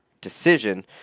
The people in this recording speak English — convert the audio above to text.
decision